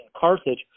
Carthage